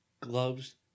gloves